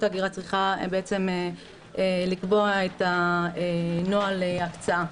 ההגירה צריכה לקבוע את נוהל ההקצאה.